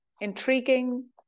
intriguing